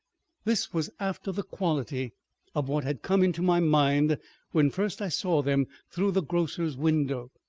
this was after the quality of what had come into my mind when first i saw them through the grocer's window,